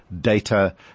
data